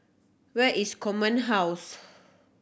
where is Command House